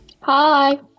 Hi